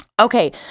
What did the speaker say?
Okay